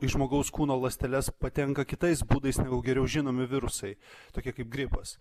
į žmogaus kūno ląsteles patenka kitais būdais negu geriau žinomi virusai tokie kaip gripas